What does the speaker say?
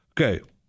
Okay